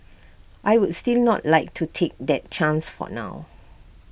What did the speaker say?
I would still not like to take that chance for now